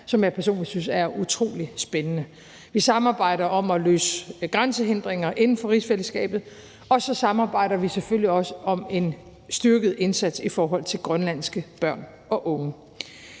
som jeg personligt synes er utrolig spændende. Vi samarbejder om at løse grænsehindringer inden for rigsfællesskabet, og så samarbejder vi selvfølgelig også om en styrket indsats i forhold til grønlandske børn og unge.